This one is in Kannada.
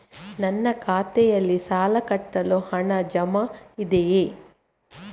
ನನ್ನ ಖಾತೆಯಲ್ಲಿ ಸಾಲ ಕಟ್ಟಲು ಹಣ ಜಮಾ ಇದೆಯೇ?